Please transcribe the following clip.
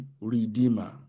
redeemer